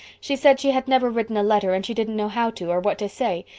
she said she had never written a letter and she didn't know how to, or what to say,